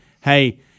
hey